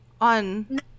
on